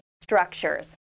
structures